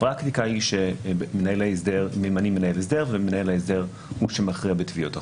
הפרקטיקה היא שממנים מנהל הסדר ומנהל ההסדר הוא שמכריע בתביעות החוב.